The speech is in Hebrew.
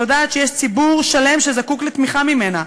יודעת שיש ציבור שלם שזקוק לתמיכה ממנה,